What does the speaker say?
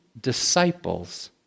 disciples